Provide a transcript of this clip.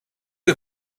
you